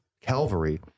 Calvary